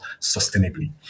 sustainably